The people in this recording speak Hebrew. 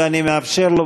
ואני מאפשר לו.